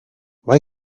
why